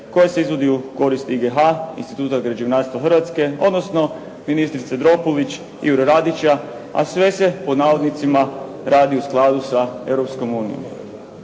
koja se izvodi u korist IGH, Instituta građevinarstva Hrvatske, odnosno ministrice Dropulić, Jure Radića, a sve se pod navodnicima radi u skladu sa